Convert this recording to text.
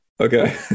Okay